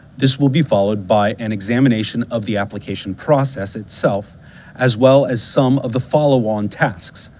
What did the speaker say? this will be followed by an examination of the application process itself as well as some of the follow-on tasks,